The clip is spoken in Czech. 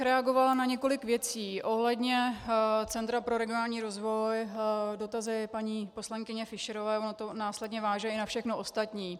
Reagovala bych na několik věcí ohledně Centra pro regionální rozvoj dotazy paní poslankyně Fischerové, ono to následně váže i na všechno ostatní.